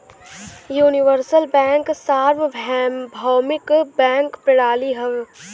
universal bank सार्वभौमिक bank प्रणाली हौ